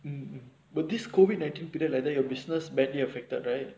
mm but this COVID nineteen period like that your business badly affected right